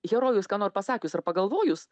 herojus ką nor pasakius ar pagalvojus